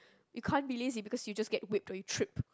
you can't be lazy because you just get whipped or you trip